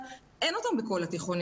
בזמנו הצעתי שבכל בית ספר תיכון